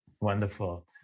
Wonderful